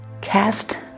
Cast